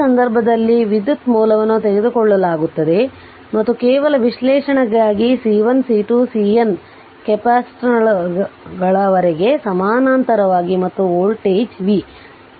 ಈ ಸಂದರ್ಭದಲ್ಲಿ ವಿದ್ಯುತ್ ಮೂಲವನ್ನು ತೆಗೆದುಕೊಳ್ಳಲಾಗುತ್ತದೆ ಮತ್ತು ಕೇವಲ ವಿಶ್ಲೇಷಣೆಗಾಗಿ C1 C2 ರಿಂದ CN ಕೆಪಾಸಿಟರ್ಗಳವರೆಗೆ ಸಮಾನಾಂತರವಾಗಿ ಮತ್ತು ವೋಲ್ಟೇಜ್ v